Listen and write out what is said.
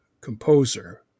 composer